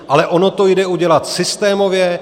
Ale ono to jde udělat systémově.